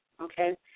Okay